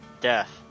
Death